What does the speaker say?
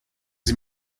sie